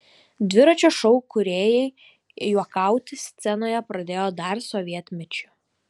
dviračio šou kūrėjai juokauti scenoje pradėjo dar sovietmečiu